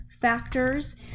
factors